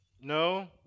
no